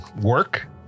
work